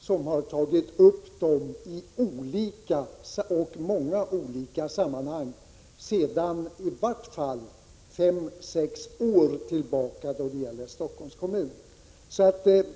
De har varit uppe i många olika sammanhang i Stockholms kommun under åtminstone fem sex år.